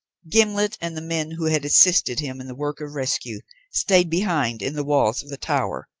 gimblet and the men who had assisted him in the work of rescue stayed behind in the walls of the tower,